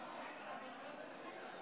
(הישיבה נפסקה בשעה 19:15 ונתחדשה בשעה